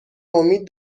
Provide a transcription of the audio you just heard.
امید